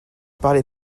parlez